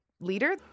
leader